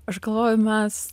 aš galvoju mes